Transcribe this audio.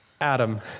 Adam